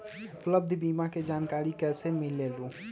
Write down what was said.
उपलब्ध बीमा के जानकारी कैसे मिलेलु?